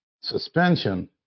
suspension